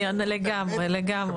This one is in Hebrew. לגמרי.